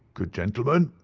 good gentlemen,